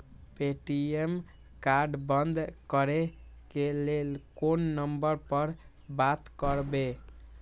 ATM card बंद करे के लेल कोन नंबर पर बात करबे?